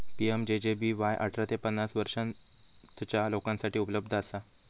PMJJBY अठरा ते पन्नास वर्षांपर्यंतच्या लोकांसाठी उपलब्ध असा